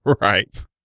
Right